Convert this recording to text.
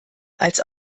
als